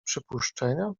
przypuszczenia